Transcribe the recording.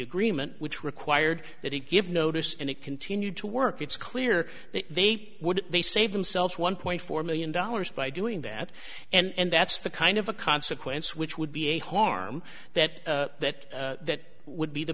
agreement which required that it give notice and it continued to work it's clear that they would they save themselves one point four million dollars by doing that and that's the kind of a consequence which would be a harm that that that would be the